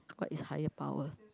what is higher power